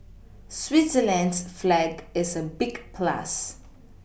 Switzerland's flag is a big plus